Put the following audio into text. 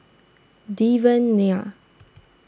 Devan Nair